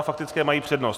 Faktické mají přednost.